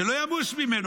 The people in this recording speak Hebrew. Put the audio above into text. שלא ימוש ממנו,